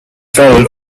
found